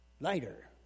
lighter